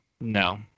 No